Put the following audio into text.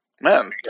Man